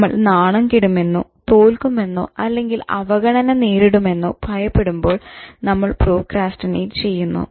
നമ്മൾ നാണം കെടുമെന്നോ തോൽക്കുമെന്നോ അല്ലെങ്കിൽ അവഗണന നേരിടുമെന്നോ ഭയപ്പെടുമ്പോൾ നമ്മൾ പ്രോക്രാസ്റ്റിനേറ്റ് ചെയ്യുന്നു